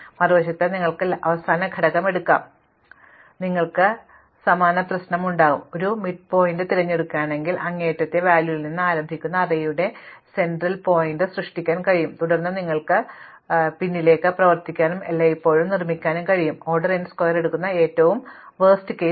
മറുവശത്ത് നിങ്ങൾക്ക് അവസാന ഘടകം എടുക്കാം നിങ്ങൾക്ക് സമാന പ്രശ്നമുണ്ടാകും നിങ്ങൾ വീണ്ടും മിഡ്പോയിന്റ് തിരഞ്ഞെടുക്കുകയാണെങ്കിൽ അങ്ങേയറ്റത്തെ മൂലകത്തിൽ നിന്ന് ആരംഭിക്കുന്ന അറേയുടെ മധ്യ ബിന്ദു നിങ്ങൾക്ക് സൃഷ്ടിക്കാൻ കഴിയും തുടർന്ന് നിങ്ങൾക്ക് പിന്നിലേക്ക് പ്രവർത്തിക്കാനും എല്ലായ്പ്പോഴും നിർമ്മിക്കാനും കഴിയും ഓർഡർ n സ്ക്വയർ എടുക്കുന്ന ഏറ്റവും മോശം കേസ്